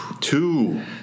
two